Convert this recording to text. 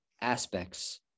aspects